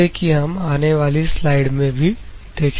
जिसे कि हम आने वाली स्लाइड में भी देखेंगे